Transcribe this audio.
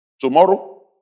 tomorrow